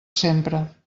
sempre